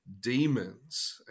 demons